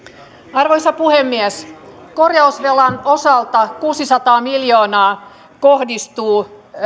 arvoisa puhemies korjausvelan osalta kuusisataa miljoonaa kohdistuu